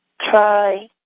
try